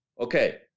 Okay